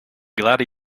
glad